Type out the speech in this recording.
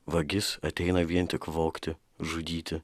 vagis ateina vien tik vogti žudyti